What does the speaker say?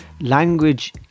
Language